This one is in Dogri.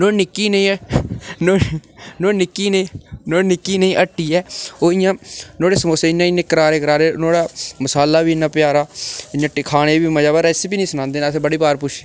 नुआढ़ी निक्की नेही हट्टी ऐ ओह् इ'यां नुआढ़े समोसे इन्ने इन्ने करारे करारे नुआढ़ा मसाला बी इन्ना प्यारा इन्ना टेस्टी खाने ई बी मजा पर रैसिपी निं सनांदे न असें बड़े बार पुच्छेआ